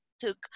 took